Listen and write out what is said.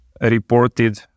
reported